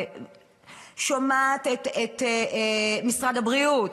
שומעת את משרד הבריאות.